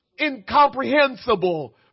incomprehensible